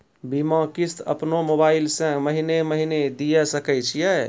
बीमा किस्त अपनो मोबाइल से महीने महीने दिए सकय छियै?